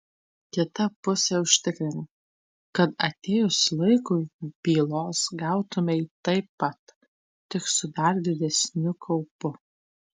kita pusė užtikrina kad atėjus laikui pylos gautumei taip pat tik su dar didesniu kaupu